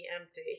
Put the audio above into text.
empty